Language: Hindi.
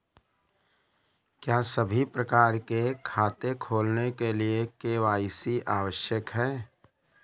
क्या सभी प्रकार के खाते खोलने के लिए के.वाई.सी आवश्यक है?